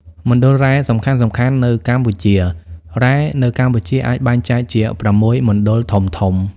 មណ្ឌលរ៉ែសំខាន់ៗនៅកម្ពុជា រ៉ែនៅកម្ពុជាអាចបែងចែកជា ៦ មណ្ឌលធំៗ។